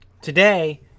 today